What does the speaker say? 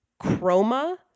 chroma